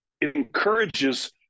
encourages